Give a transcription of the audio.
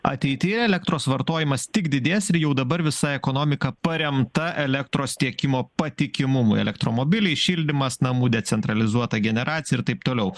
ateityje elektros vartojimas tik didės ir jau dabar visa ekonomika paremta elektros tiekimo patikimumu elektromobiliai šildymas namų decentralizuota generacija ir taip toliau